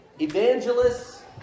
evangelists